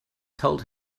told